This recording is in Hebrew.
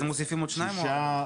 אז מוסיפים עוד שניים או ארבעה?